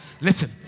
Listen